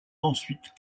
ensuite